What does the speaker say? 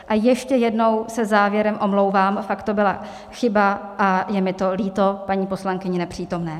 A ještě jednou se závěrem omlouvám, fakt to byla chyba a je mi to líto, paní poslankyni nepřítomné.